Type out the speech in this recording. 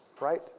right